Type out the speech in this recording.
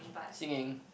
singing